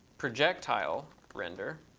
projectile render.